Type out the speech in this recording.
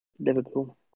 Liverpool